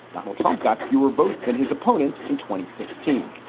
donald trump got fewer votes than his opponent in twenty sixteen.